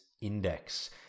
Index